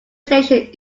station